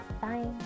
Bye